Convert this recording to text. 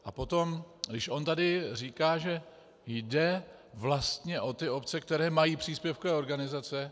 A potom, když on tady říká, že jde vlastně o ty obce, které mají příspěvkové organizace.